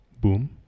boom